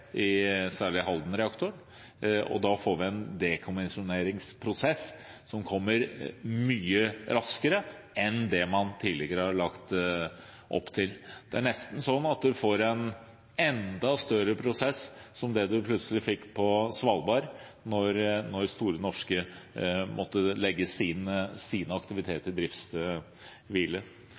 i særlig Haldenreaktoren, og da får vi en dekommisjoneringsprosess som kommer mye raskere enn det man tidligere har lagt opp til. Det er nesten sånn at man får en enda større prosess, som det man plutselig fikk på Svalbard, da Store Norske måtte legge sine driftsaktiviteter til hvile. Men jeg syns vi har hatt en god runde i